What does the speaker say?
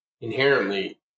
Inherently